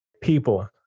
People